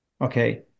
Okay